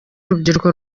urubyiruko